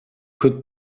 could